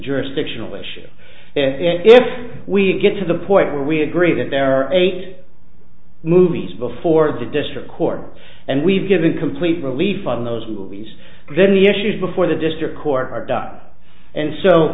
jurisdictional issue if we get to the point where we agree that there are eight movies before the district court and we've given complete relief on those movies then the issues before the district court are done and so